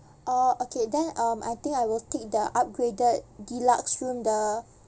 orh okay then um I think I will take the upgraded deluxe room the